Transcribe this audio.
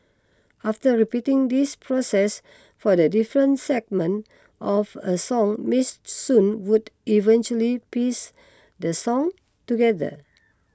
after repeating this process for the different segments of a song Miss Soon would eventually piece the song together